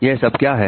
यह सब क्या है